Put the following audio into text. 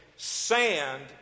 sand